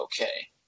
okay